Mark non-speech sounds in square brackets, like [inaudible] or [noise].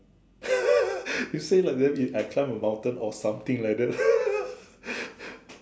[laughs] you say like I climb a mountain or something like that [laughs]